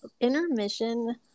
intermission